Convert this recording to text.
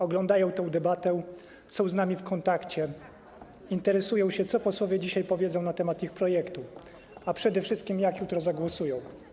Oglądają tę debatę, są z nami w kontakcie, interesują się tym, co posłowie dzisiaj powiedzą na temat ich projektu, a przede wszystkim, jak jutro zagłosują.